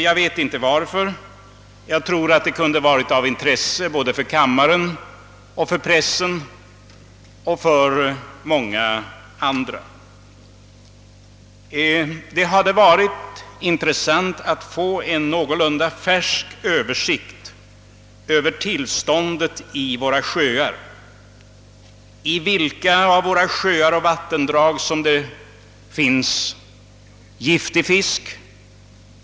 Jag vet inte varför han gjort det; jag tror att det kunde ha varit av intresse för kammaren, för pressen och för många andra att få en någorlunda färsk översikt över tillståndet i våra sjöar och vattendrag och i vilka av dem det finns giftig fisk?